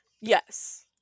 Yes